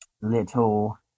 little